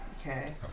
Okay